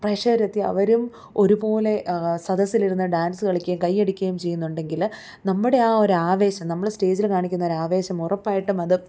പ്രേഷകരെത്തി അവരും ഒരു പോലെ സദസ്സിൽ ഇരുന്ന് ഡാൻസ്സ് കളിക്കുകയും കൈ അടിക്കുകയും ചെയ്യുന്നുണ്ടെങ്കിൽ നമ്മുടെ ആ ഒരു ആവേശം നമ്മൾ സ്റ്റേജിൽ കാണിക്കുന്ന ഒരു ആവേശം ഉറപ്പായിട്ടും അത്